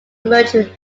merged